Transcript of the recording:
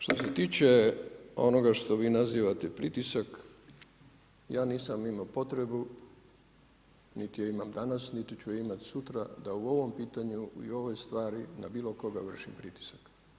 Što se tiče onoga što vi nazivate pritisak ja nisam imao potrebu niti je imam danas niti ću je imati sutra da u ovom pitanju i u ovoj stvari na bilo koga vršim pritisak.